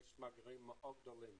יש מאגרים מאוד גדולים